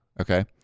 okay